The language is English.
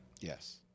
Yes